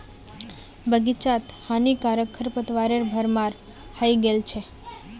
बग़ीचात हानिकारक खरपतवारेर भरमार हइ गेल छ